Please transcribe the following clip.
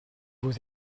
vous